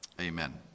amen